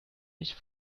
nicht